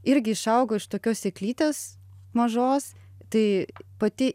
irgi išaugo iš tokios sėklytės mažos tai pati